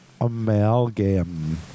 Amalgam